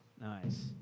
Nice